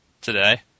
today